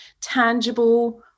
tangible